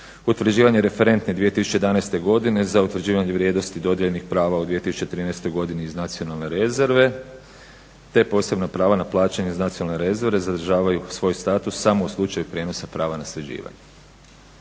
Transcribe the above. Utvrđivanje referentne 2011. godine za utvrđivanje vrijednosti dodijeljenih prava u 2013. godini iz nacionalne rezerve, te posebna prava na plaćanja iz nacionalne rezerve zadržavaju svoj status samo u slučaju prijenosa prava nasljeđivanja.